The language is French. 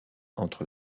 entre